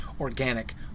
organic